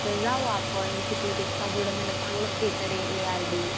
तर जाऊ आपण चिखलीपेक्षा बुलढाण्याला चांगलं थेटर आहे ए आर डि